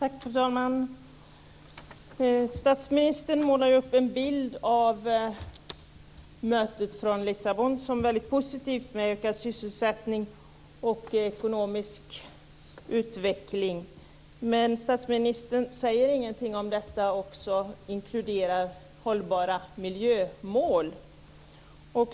Fru talman! Statsministern målar upp en bild av mötet i Lissabon som mycket positivt, med ökad sysselsättning och ekonomisk utveckling. Men statsministern säger ingenting om ifall detta också inkluderar hållbara miljömål.